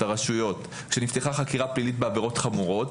את הרשויות שנפתחה חקירה פלילית בעבירות חמורות,